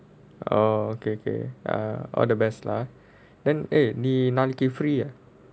orh okay okay err all the best lah then eh நீ நாளைக்கு:nee naalaikku free ah